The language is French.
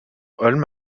holm